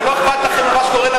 ולא אכפת לכם מה שקורה לנו